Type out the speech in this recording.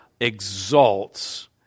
Exalts